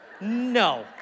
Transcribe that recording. no